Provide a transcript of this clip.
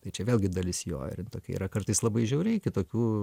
tai čia vėlgi dalis jo ir jin tokia yra kartais labai žiauriai kitokių